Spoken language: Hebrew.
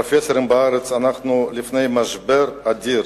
שמתריעים הפרופסורים בארץ: אנחנו לפני משבר אדיר,